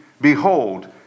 Behold